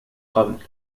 قبل